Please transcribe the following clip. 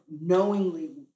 knowingly